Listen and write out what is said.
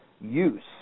use